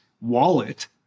wallet